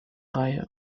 reihe